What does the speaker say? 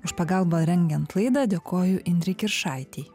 už pagalbą rengiant laidą dėkoju indrei kiršaitei